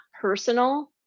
personal